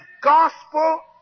gospel